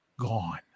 gone